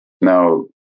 now